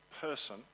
person